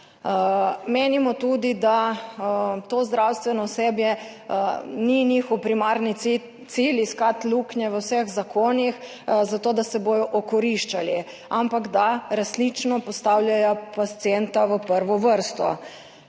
Menimo tudi, da to zdravstveno osebje ni njihov primarni cilj iskati luknje v vseh zakonih zato, da se bodo okoriščali, ampak da resnično postavljajo pacienta v prvo vrsto.